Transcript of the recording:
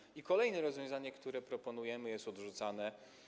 Tymczasem kolejne rozwiązanie, które proponujemy, jest odrzucane.